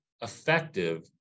effective